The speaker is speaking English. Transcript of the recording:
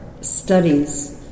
studies